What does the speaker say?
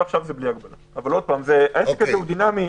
אבל העסק דינמי.